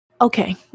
Okay